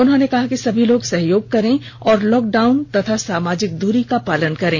उन्होंने कहा कि सभी लोग सहयोग करें और लॉकडाउन और सामाजिक दूरी का पालन करें